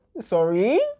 Sorry